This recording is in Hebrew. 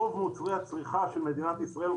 רוב מוצרי הצריכה של מדינת ישראל,